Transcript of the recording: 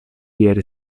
ieri